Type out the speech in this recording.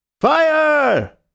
Fire